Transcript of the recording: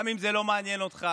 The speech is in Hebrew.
גם אם זה לא מעניין אותך,